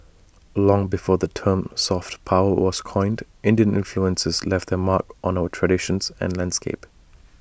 long before the term soft power was coined Indian influences left their mark on our traditions and landscape